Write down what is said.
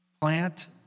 Plant